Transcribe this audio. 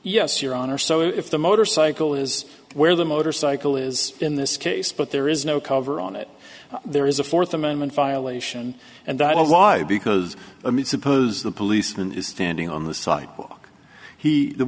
yes your honor so if the motorcycle is where the motorcycle is in this case but there is no cover on it there is a fourth amendment violation and i know why because i mean suppose the policeman is standing on the sidewalk he the